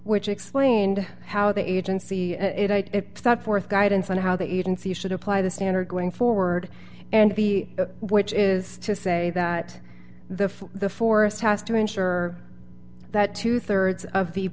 which explained how the agency thought forth guidance on how the agency should apply the standard going forward and b which is to say that the the forest has to ensure that two thirds of the